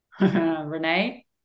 Renee